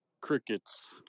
Crickets